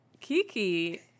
Kiki